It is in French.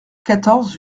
quatorze